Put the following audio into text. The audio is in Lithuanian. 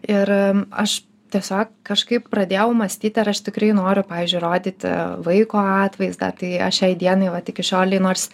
ir aš tiesiog kažkaip pradėjau mąstyti ar aš tikrai noriu pavyzdžiui rodyti vaiko atvaizdą tai aš šiai dienai vat iki šiolei nors